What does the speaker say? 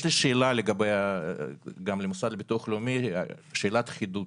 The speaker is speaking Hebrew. יש לי שאלה למוסד לביטוח עצמאי, שאלת חידוד.